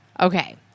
Okay